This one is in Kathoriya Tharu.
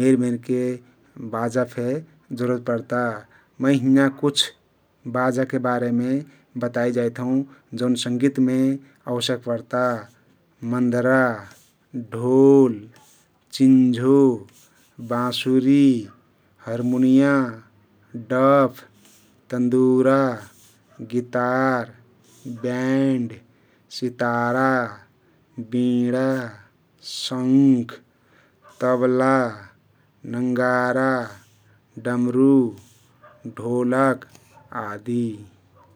मेर मेरके बाजा फे जरुरत पर्ता । मै हिंयाँ कुछ बाजाके बारेमे बताइ जाइत हउँ जउन संगितमे अवश्यक पर्ता । मन्दरा, ढोल, चिन्झो, बाँसुरी, हरमुनियाँ, डफ, तन्दुरा, गितार, ब्यण्ड, सितारा, बिणा, शंख, तबला, नङ्गारा, डमरु, ढोलक आदि ।